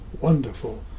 wonderful